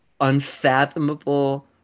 unfathomable